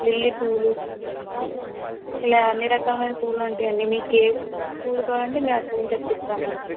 lily పువ్వులు ఇలా అన్ని రకమైన పువ్వులు ఉంటాయండి మీకే పూలు కావాలంటే మేము ఆ పూలు తెప్పిస్తామండి